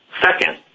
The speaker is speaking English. Second